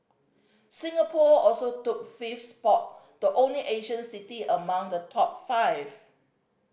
Singapore also took fifth spot the only Asian city among the top five